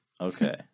Okay